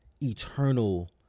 eternal